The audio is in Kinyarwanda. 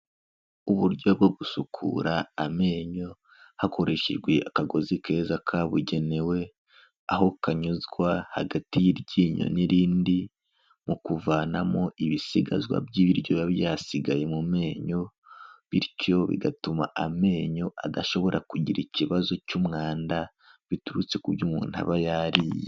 Uburyo bwo gusukura amenyo hakoreshejwe akagozi keza kabugenewe, aho kanyuzwa hagati y'iryinyo n'irindi, mu kuvanamo ibisigazwa by'ibiryo byasigaye mu menyo, bityo bigatuma amenyo adashobora kugira ikibazo cy'umwanda biturutse ku byo umuntu aba yariye.